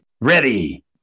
ready